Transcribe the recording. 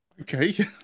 Okay